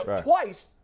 twice